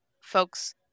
folks